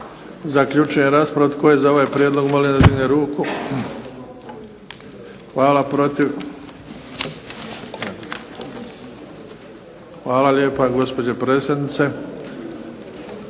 Hvala lijepa gospođo predsjednice.